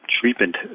treatment